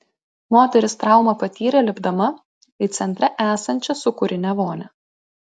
moteris traumą patyrė lipdama į centre esančią sūkurinę vonią